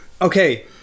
Okay